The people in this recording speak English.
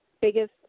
biggest